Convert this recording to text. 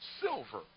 silver